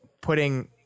putting